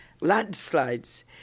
landslides